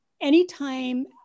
anytime